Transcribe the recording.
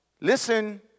Listen